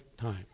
time